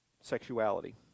sexuality